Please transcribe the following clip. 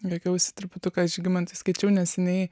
juokiausi truputuką žygimantui skaičiau neseniai